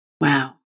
Wow